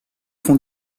font